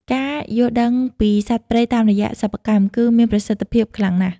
ការយល់ដឹងពីសត្វព្រៃតាមរយៈសិប្បកម្ម គឺមានប្រសិទ្ធភាពខ្លាំងណាស់។